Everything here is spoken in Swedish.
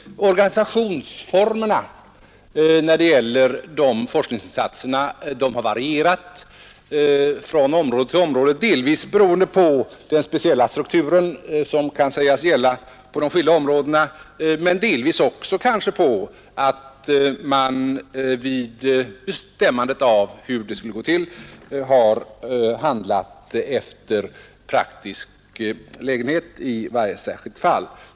Organisationsformerna när det gäller forskningsinsatserna har varierat från område till område, delvis beroende på den speciella struktur som kan sägas råda inom de skilda områdena men delvis kanske också på att man vid bestämmandet av hur det skulle gått till har handlat efter praktisk lägenhet i varje särskilt fall.